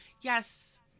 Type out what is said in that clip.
yes